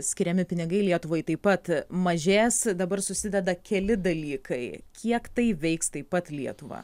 skiriami pinigai lietuvai taip pat mažės dabar susideda keli dalykai kiek tai veiks taip pat lietuvą